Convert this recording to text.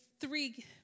three